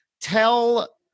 Tell